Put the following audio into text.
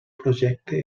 projecte